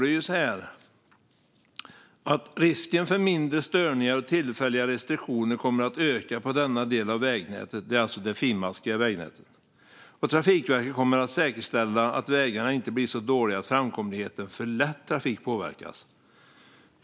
Det står att risken för mindre störningar och tillfälliga restriktioner kommer att öka på denna del av vägnätet - det är alltså det finmaskiga vägnätet - och att Trafikverket kommer att säkerställa att vägarna inte blir så dåliga att framkomligheten för lätt trafik påverkas.